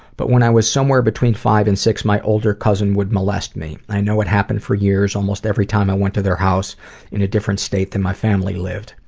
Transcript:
but when i was somewhere between five and six my older cousin would molest me. i know it happened for years almost every time i went to their house in a different state where my family lived.